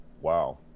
Wow